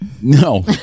No